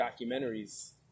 documentaries